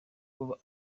kuba